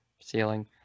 ceiling